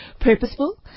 purposeful